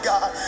God